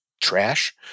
trash